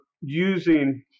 using